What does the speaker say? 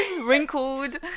Wrinkled